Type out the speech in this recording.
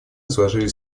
изложили